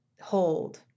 hold